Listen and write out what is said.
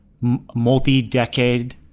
multi-decade